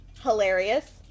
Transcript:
Hilarious